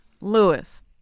Lewis